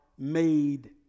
made